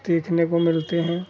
देखने को मिलते हैं